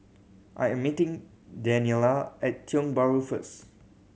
I am meeting Daniela at Tiong Bahru first